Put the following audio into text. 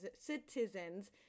citizens